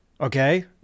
Okay